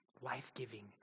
life-giving